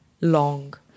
long